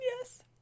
yes